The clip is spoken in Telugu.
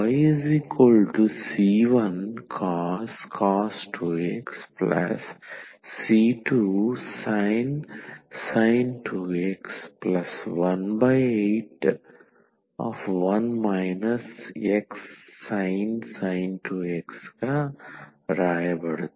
yc1cos 2xc2sin 2x 181 xsin 2x